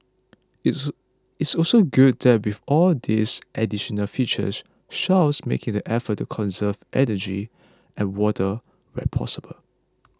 it's it's also good that with all these additional features Shell's making the effort to conserve energy and water where possible